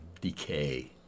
decay